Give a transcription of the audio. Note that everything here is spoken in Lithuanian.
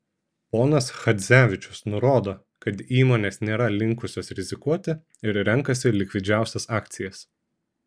ponas chadzevičius nurodo kad įmonės nėra linkusios rizikuoti ir renkasi likvidžiausias akcijas